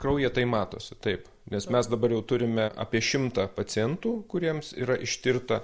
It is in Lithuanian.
kraujyje tai matosi taip nes mes dabar jau turime apie šimtą pacientų kuriems yra ištirta